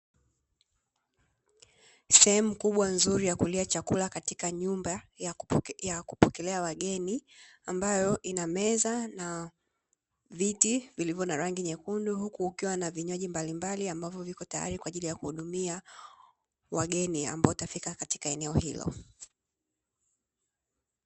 Sehemu kubwa nzuri ya kulia chakula katika nyumba ya kupokelea wageni, ambayo ina meza na viti vilivyo na rangi nyekundu, huku kukiwa na vinywaji mbalimbali ambavyo vipo tayari kwa ajili ya kuhudumia wageni ambao watafika katika eneo hilo.